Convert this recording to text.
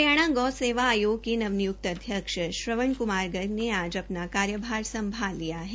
हरियाणा गौ सेवा आयोग के नव नियुक्त अध्यक्ष श्रवण क्मार गर्ग ने आज अपना कार्यभार संभाल लिया है